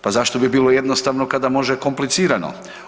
Pa zašto bi bilo jednostavno kada može komplicirano?